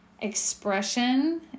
expression